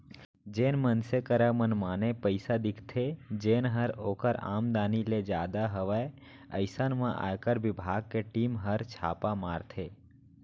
जेन मनसे करा मनमाने पइसा दिखथे जेनहर ओकर आमदनी ले जादा हवय अइसन म आयकर बिभाग के टीम हर छापा मारथे